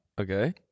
Okay